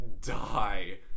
die